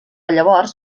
llavors